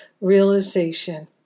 realization